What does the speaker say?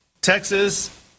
Texas